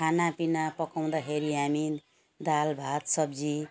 खानापिना पकाउँदाखेरि हामी दाल भात सब्जी